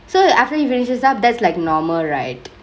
so after he finish this up that's like normal right